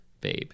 Babe